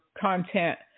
content